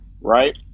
right